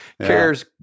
cares